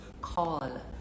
call